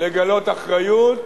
לגלות אחריות,